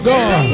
God